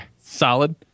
Solid